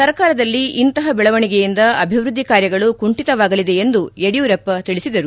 ಸರ್ಕಾರದಲ್ಲಿ ಇಂತಹ ಬೆಳವಣಿಗೆಯಿಂದ ಅಭಿವೃದ್ಧಿ ಕಾರ್ಯಗಳು ಕುಠಿತವಾಗಲಿದೆ ಎಂದು ಯಡಿಯೂರಪ್ಪ ತಿಳಿಸಿದರು